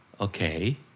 Okay